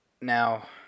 Now